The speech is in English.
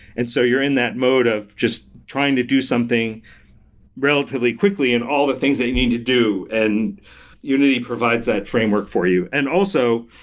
and so you're in that mode of just trying to do something relatively quickly, and all the things they need to do, and unity provides that framework for you. and also,